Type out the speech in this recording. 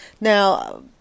Now